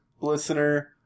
listener